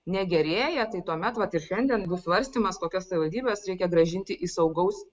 negerėja tai tuomet vat ir šiandien bus svarstymas kokias savivaldybes reikia grąžinti į saugaus